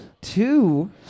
two